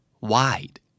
wide